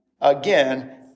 again